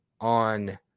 on